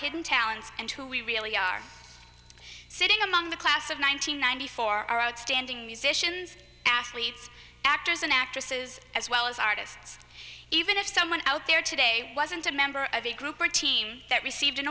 hidden talents and who we really are sitting among the class of one thousand nine hundred four our outstanding musicians athletes actors and actresses as well as artists even if someone out there today wasn't a member of a group or team that received an